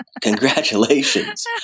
Congratulations